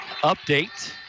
update